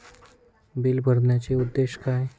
Bill भरण्याचे उद्देश काय?